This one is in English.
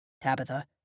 Tabitha